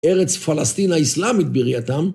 ארץ פלסטין האיסלאמית בראייתם.